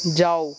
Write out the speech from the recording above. যাও